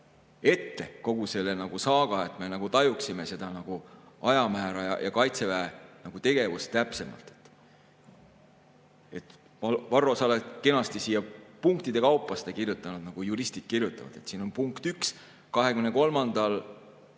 ette kogu selle saaga, et me tajuksime seda aja määra ja Kaitseväe tegevust täpsemalt. Varro, sa oled kenasti siia punktide kaupa kirjutanud, nagu juristid kirjutavad. Siin on punkt 1: 23.